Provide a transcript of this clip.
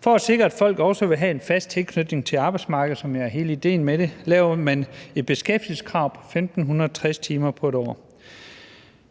For at sikre, at folk også vil have en fast tilknytning til arbejdsmarkedet, som jo er hele ideen med det, laver man et beskæftigelseskrav på 1.560 timer på 1 år.